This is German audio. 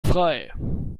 frei